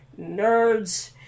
nerds